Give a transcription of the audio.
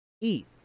eat